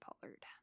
Pollard